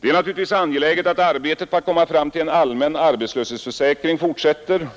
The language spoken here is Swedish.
Det är naturligtvis angeläget att arbetet på att komma fram till en allmän arbetslöshetsförsäkring fortsätter.